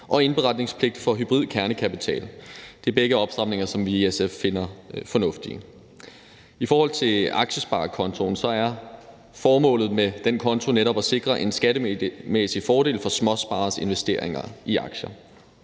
og indberetningspligt for hybrid kernekapital. Det er begge opstramninger, som vi i SF finder fornuftige. I forhold til aktiesparekontoen er formålet med den konto netop at sikre en skattemæssig fordel for småspareres investeringer i aktier.